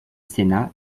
sénat